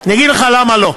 אני אגיד לך למה לא.